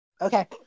Okay